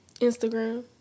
Instagram